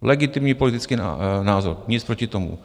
Legitimní politický názor, nic proti tomu.